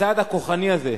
הצעד הכוחני הזה,